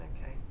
okay